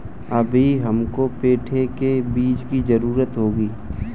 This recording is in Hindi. अभी हमको पेठे के बीज की जरूरत होगी